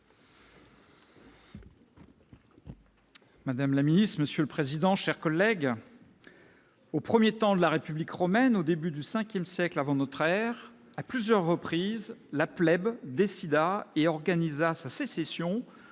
Madame la Ministre, Monsieur le Président, chers collègues, au 1er temps de la République romaine au début du Ve siècle avant notre ère, à plusieurs reprises la plèbe décida et organisa sa sécession